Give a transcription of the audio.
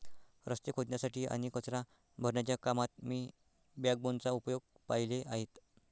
रस्ते खोदण्यासाठी आणि कचरा भरण्याच्या कामात मी बॅकबोनचा उपयोग पाहिले आहेत